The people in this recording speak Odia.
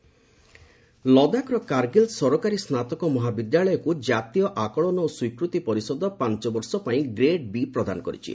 କାର୍ଗିଲ୍ ଲଦାଖର କାର୍ଗିଲ୍ ସରକାରୀ ସ୍ନାତକ ମହାବିଦ୍ୟାଳୟକୁ ଜାତୀୟ ଆକଳନ ଓ ସ୍ୱୀକୃତି ପରିଷଦ ପାଞ୍ଚବର୍ଷ ପାଇଁ ଗ୍ରେଡ୍ ବି ପ୍ରଦାନ କରିଛି